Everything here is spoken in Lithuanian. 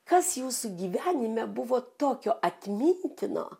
kas jūsų gyvenime buvo tokio atmintino